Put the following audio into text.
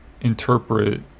interpret